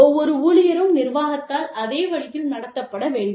ஒவ்வொரு ஊழியரும் நிர்வாகத்தால் அதே வழியில் நடத்தப்பட வேண்டும்